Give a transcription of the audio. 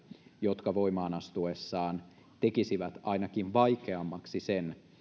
jotka voimaan astuessaan tekisivät ainakin vaikeammaksi sen